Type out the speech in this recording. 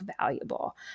valuable